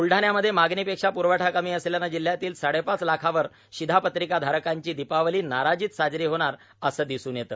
ब्लडाणा मध्ये मागणी पेक्षा प्रवठा कमी असल्याने जिल्ह्यातील साडेपाच लाखावर शीधापत्रिका धारकांची दीपावली नाराजीत साजरी होणार असं दिसून येते